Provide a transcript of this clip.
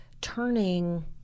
turning